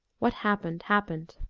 what happened, happened